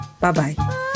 Bye-bye